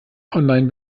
online